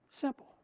Simple